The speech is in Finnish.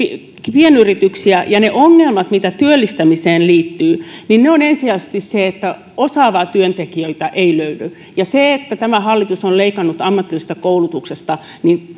pienyrityksiä ja kun mietitään ongelmia mitä työllistämiseen liittyy niitä on ensisijaisesti siinä että osaavia työntekijöitä ei löydy ja se että tämä hallitus on leikannut ammatillisesta koulutuksesta